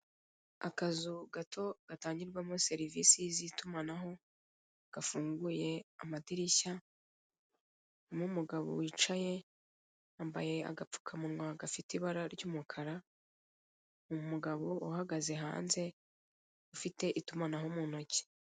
Akazu gato gatangirwamo serivisi z'itumanaho gafunguye amadirishya, harimo umugabo wicaye, yambaye agapfukamunwa gafite ibara ry'umukara, n'umugabo uhagaze hanze ufite itumanaho mu ntoki.